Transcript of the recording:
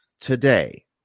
today